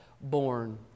born